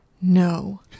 no